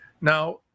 Now